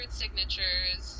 signatures